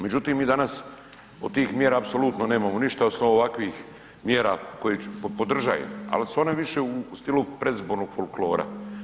Međutim, mi danas od tih mjera apsolutno nemamo ništa, osim ovakvih mjera koje, podržajem, ali su one više u smislu predizbornog folklora.